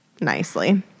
nicely